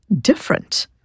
different